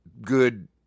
good